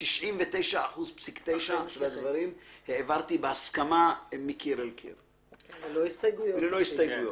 ב-99.9% העברתי דברים בהסכמה מקיר לקיר וללא הסתייגויות.